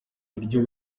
buryo